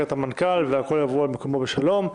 את המנכ"ל והכול יבוא על מקומו בשלום.